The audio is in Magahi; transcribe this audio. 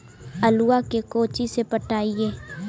आलुआ के कोचि से पटाइए?